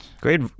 Great